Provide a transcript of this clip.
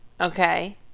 Okay